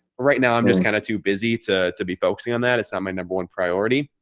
right now i'm just kind of too busy to to be focusing on that it's not my number one priority.